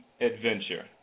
adventure